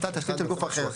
מצא תשתית של גוף אחר.